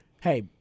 hey